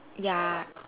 ya